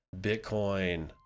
Bitcoin